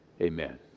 Amen